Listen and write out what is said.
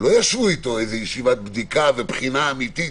שלא ישבו איתו לישיבת בדיקה ובחינה אמיתית